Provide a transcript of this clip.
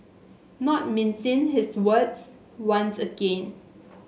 not mincing his words once again